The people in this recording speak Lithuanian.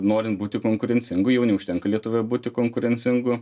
norint būti konkurencingu jau neužtenka lietuvoje būti konkurencingu